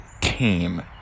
team